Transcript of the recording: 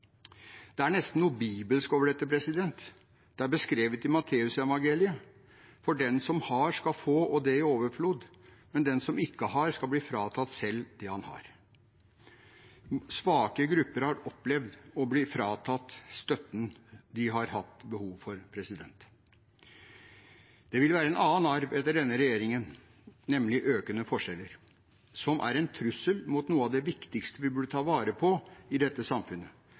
Det er nesten noe bibelsk over dette. Det er beskrevet i Matteusevangeliet: «For den som har, skal få, og det i overflod. Men den som ikke har, skal bli fratatt selv det han har.» Svake grupper har opplevd å bli fratatt støtten de har behov for. Det vil være en annen arv etter denne regjeringen, nemlig økende forskjeller, som er en trussel mot noe av det viktigste vi burde ta vare på i dette samfunnet: